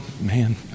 man